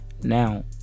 now